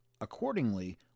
Accordingly